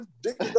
dick